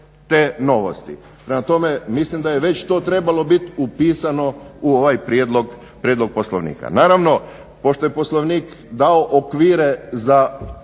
te novosti. Prema tome, mislim da je već to trebalo bit upisano u ovaj Prijedlog poslovnika. Naravno, pošto je Poslovnik dao okvire za